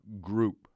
Group